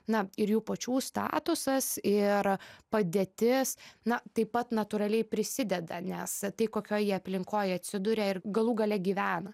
na ir jų pačių statusas ir padėtis na taip pat natūraliai prisideda nes tai kokioj jie aplinkoj atsiduria ir galų gale gyvena